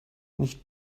nicht